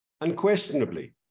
unquestionably